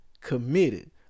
Committed